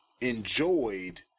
enjoyed